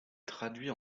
traduits